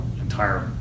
entire